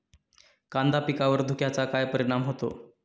कांदा पिकावर धुक्याचा काय परिणाम होतो?